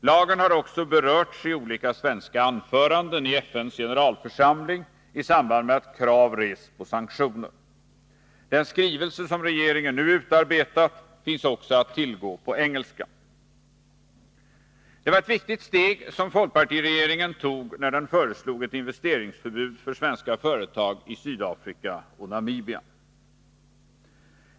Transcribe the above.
Lagen har också berörts i olika svenska anföranden i FN:s generalförsamling i samband med att krav rests på sanktioner. Den skrivelse som regeringen nu utarbetat finns också att tillgå på engelska. Det var ett viktigt steg som folkpartiregeringen tog när den föreslog ett investeringsförbud för svenska företag i Sydafrika och Namibia.